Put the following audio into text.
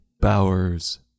Bowers